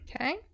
Okay